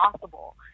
possible